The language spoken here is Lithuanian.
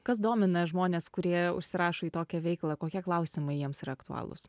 kas domina žmones kurie užsirašo į tokią veiklą kokie klausimai jiems yra aktualūs